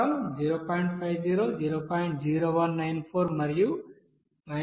0194 మరియు 0